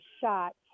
shot